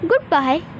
Goodbye